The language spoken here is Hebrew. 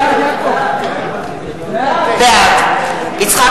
בעד יצחק